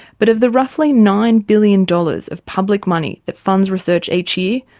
but of the roughly nine billion dollars of public money that funds research each year,